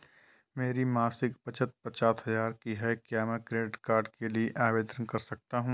मेरी मासिक बचत पचास हजार की है क्या मैं क्रेडिट कार्ड के लिए आवेदन कर सकता हूँ?